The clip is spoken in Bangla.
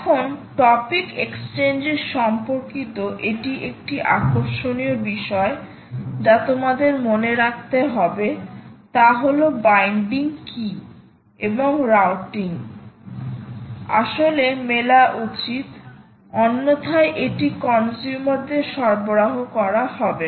এখন টপিক এক্সচেঞ্জ এর সম্পর্কিত এটি একটি আকর্ষণীয় বিষয় যা তোমাদের মনে রাখতে হবে তা হল বাইন্ডিং কী এবং রাউটিং টি আসলে মেলা উচিত অন্যথায় এটি কনজিউমার দের সরবরাহ করা হবে না